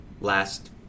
last